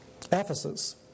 Ephesus